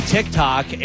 TikTok